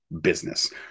business